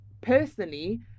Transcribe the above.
personally